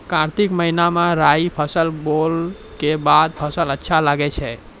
कार्तिक महीना मे राई फसल बोलऽ के बाद फसल अच्छा लगे छै